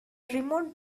remote